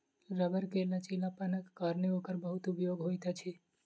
रबड़ के लचीलापनक कारणेँ ओकर बहुत उपयोग होइत अछि